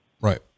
Right